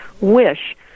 wish